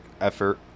effort